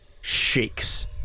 shakes